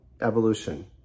evolution